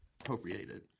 appropriated